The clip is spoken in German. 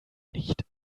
nicht